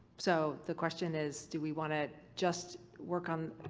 so, the question is, do we want to just work on.